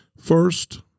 First